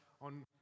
on